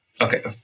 Okay